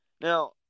Now